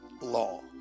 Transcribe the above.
law